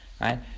right